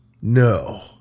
No